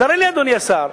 תראה לי, אדוני השר.